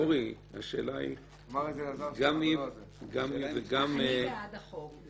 לא, אורי, השאלה היא --- אני בעד חוק.